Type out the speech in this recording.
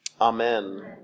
Amen